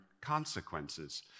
consequences